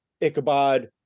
Ichabod